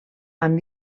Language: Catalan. amb